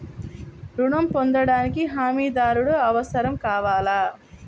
ఋణం పొందటానికి హమీదారుడు అవసరం కావాలా?